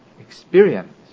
experience